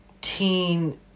teen